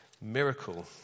miracle